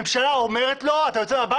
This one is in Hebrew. הממשלה אומרת לו שאם הוא יוצא מהבית,